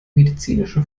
medizinische